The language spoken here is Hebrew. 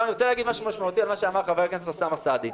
אני רוצה להגיד משהו משמעותי על מה שאמר חבר הכנסת אוסאמה סעדי.